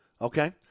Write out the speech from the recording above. okay